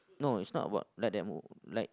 no it's not about light demo like